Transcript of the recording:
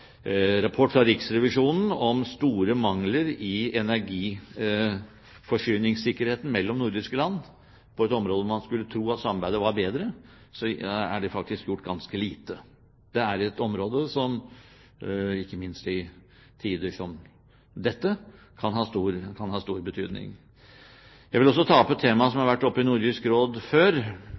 rapport fra Riksrevisjonen om store mangler i energiforsyningssikkerheten mellom de nordiske land. På et område hvor man skulle tro at samarbeidet var bedre, er det faktisk gjort ganske lite. Det er et område som, ikke minst i tider som disse, kan ha stor betydning. Jeg vil også ta opp et tema som har vært oppe i Nordisk Råd før,